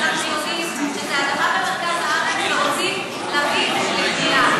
מכיוון שאנחנו יודעים שזו אדמה במרכז הארץ ורוצים להביא לבנייה.